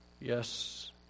Yes